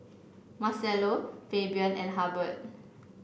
Marcello Fabian and Hubbard